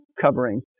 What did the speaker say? covering